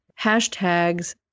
hashtags